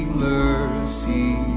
mercy